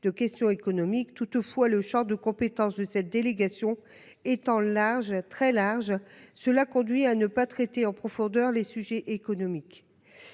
de questions économiques toutefois le Champ de compétence de cette délégation étant large, très large. Cela conduit à ne pas traiter en profondeur les sujets économiques.